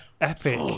Epic